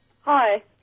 Hi